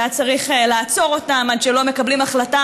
והיה צריך לעצור אותן עד שלא מקבלים החלטה